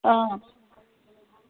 অঁ